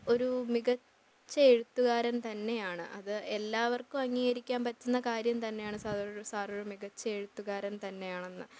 ഒരു മികച്ച എഴുത്തുകാരൻ തന്നെയാണ് അത് എല്ലാവർക്കും അംഗീകരിക്കാൻ പറ്റുന്ന കാര്യം തന്നെയാണ് സാറൊരു സാറൊരു മികച്ച എഴുത്തുകാരൻ തന്നെയാണെന്ന്